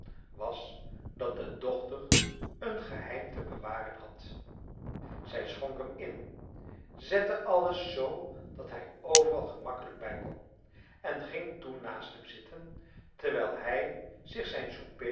was dat de dochter een geheim te bewaren had zij schonk hem in zette alles zoo dat hij overal gemakkelijk bij kon en ging toen naast hem zitten terwijl hij zich zijn souper